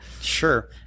Sure